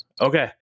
okay